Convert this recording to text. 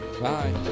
Bye